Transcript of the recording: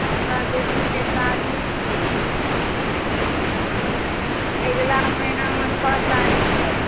हमरा बेटीके शादी छी अगिला महिनामे छओ तारीखके